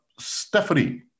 Stephanie